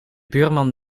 buurman